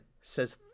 says